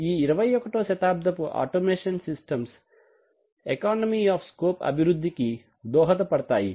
ఈ 21వ శతాబ్దపు auto automation systems economy of scope అభివృద్ధికి దహద పడతాయి